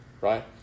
right